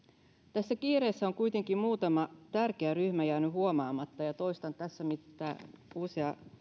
tässä kiireessä on kuitenkin muutama tärkeä ryhmä jäänyt huomaamatta ja toistan tässä sen mitä usea